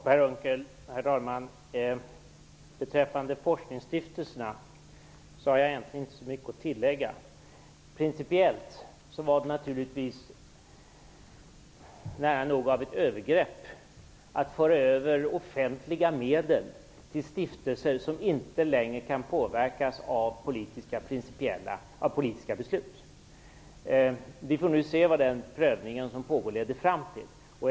Herr talman! Jag har egentligen inte så mycket att tillägga beträffande forskningsstiftelserna, Per Unckel. Principiellt var det naturligtvis nära nog ett övergrepp att föra över offentliga medel till stiftelser som inte längre kan påverkas av politiska beslut. Vi får se vad den prövning som pågår leder fram till.